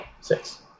Six